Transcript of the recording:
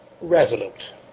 resolute